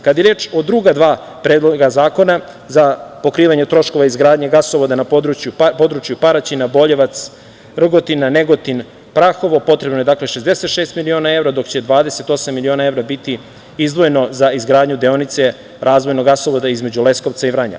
Kada je reč o druga dva predloga zakona za pokrivanje troškova izgradnje gasovoda na području Paraćina, Boljevac, Rogotina, Negotin, Prahovo potrebno je 66 miliona evra, dok će 28 miliona evra biti izdvojeno za izgradnju deonice razvojnog gasovoda između Leskovca i Vranja.